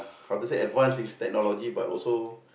how to say advanced in technology but also